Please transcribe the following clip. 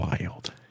wild